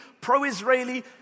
pro-Israeli